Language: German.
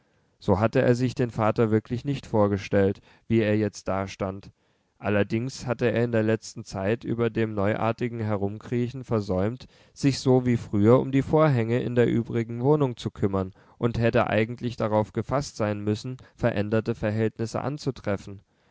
so hatte er sich den vater wirklich nicht vorgestellt wie er jetzt dastand allerdings hatte er in der letzten zeit über dem neuartigen herumkriechen versäumt sich so wie früher um die vorgänge in der übrigen wohnung zu kümmern und hätte eigentlich darauf gefaßt sein müssen veränderte verhältnisse anzutreffen